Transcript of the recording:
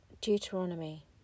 Deuteronomy